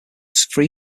free